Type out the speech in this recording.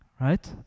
Right